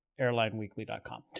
airlineweekly.com